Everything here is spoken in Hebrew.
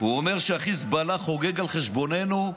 הוא אומר שהחיזבאללה חוגג על חשבוננו,